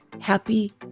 happy